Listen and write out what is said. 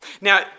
Now